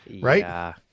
right